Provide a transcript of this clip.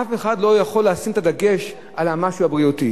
אף אחד לא יכול לשים את הדגש על המשהו הבריאותי.